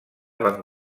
van